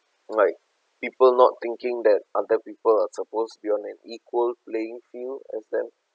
like people not thinking that other people are supposed to be on an equal playing field as them